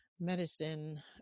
medicine